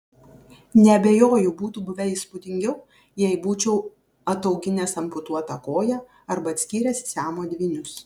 neabejoju būtų buvę įspūdingiau jei būčiau atauginęs amputuotą koją arba atskyręs siamo dvynius